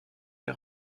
les